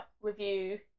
review